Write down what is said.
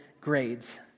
grades